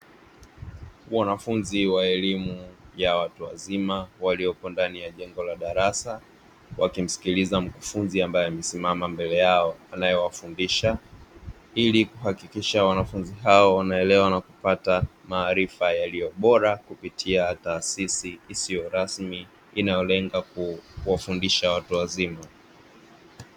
Wanafunzi wa elimu ya watu wazima waliopo ndani ya jengo la darasa wakimsikiliza mkufunzi ambaye amesimama mbele yao anayewafundisha, ili kuhakikisha wanafunzi hao wameelewa na kupata maarifa yaliyo bora kupitia taasisi isiyo rasmi inayolenga kuwafundisha watu wazima.